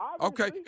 Okay